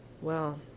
Well